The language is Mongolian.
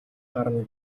гарна